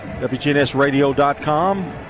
WGNSRadio.com